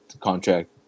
contract